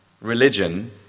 religion